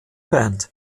band